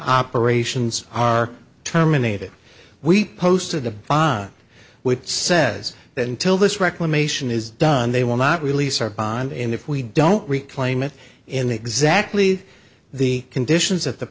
operations are terminated we posted a bond which says that until this reclamation is done they will not release our bond and if we don't recall aim it in exactly the conditions that the